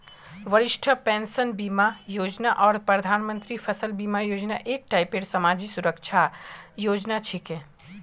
वरिष्ठ पेंशन बीमा योजना आर प्रधानमंत्री फसल बीमा योजना एक टाइपेर समाजी सुरक्षार योजना छिके